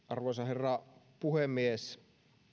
arvoisa herra puhemies